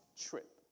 trip